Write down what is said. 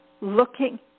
looking